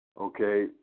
okay